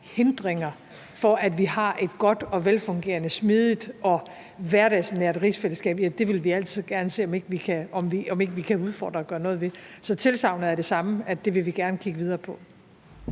for, at vi har et godt, velfungerende, smidigt og hverdagsnært rigsfællesskab, vil vi altid gerne se om ikke vi kan udfordre og gøre noget ved. Så tilsagnet er det samme som før, nemlig at det vil vi gerne kigge videre på.